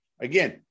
again